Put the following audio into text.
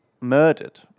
murdered